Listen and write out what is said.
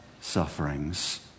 sufferings